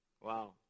Wow